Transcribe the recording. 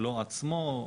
לא עצמו,